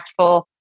impactful